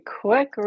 quick